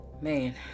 Man